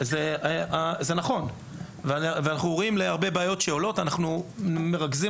אנחנו ערים להרבה בעיות שעולות ומרכזים